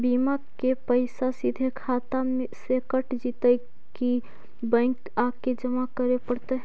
बिमा के पैसा सिधे खाता से कट जितै कि बैंक आके जमा करे पड़तै?